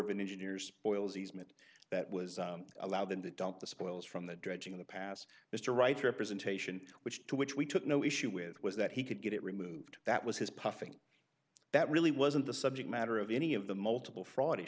of engineers oils easement that was allow them to dump the spoils from the dredging of the past mr wright representation which to which we took no issue with was that he could get it removed that was his puffing that really wasn't the subject matter of any of the multiple fr